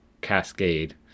cascade